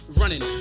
running